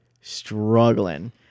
struggling